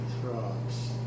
throbs